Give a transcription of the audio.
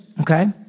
Okay